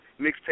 mixtape